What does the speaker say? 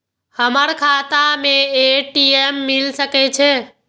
हमर खाता में ए.टी.एम मिल सके छै?